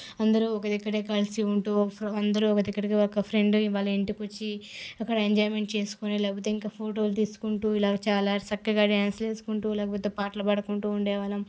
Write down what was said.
అందరు ఒక దగ్గరే కలిసి ఉంటూ అందరు ఒక దగ్గరకే ఫ్రెండ్ వాళ్ళ ఇంటికి వచ్చి అక్కడ ఎంజాయ్మెంట్ చేసుకుని లేకపోతే ఇంకా ఫొటోలు తీసుకుంటూ ఇలా చాలా చక్కగా డ్యాన్స్ చేసుకుంటూ లేకపోతే పాటలు పాడుకుంటూ ఉండేవాళ్ళం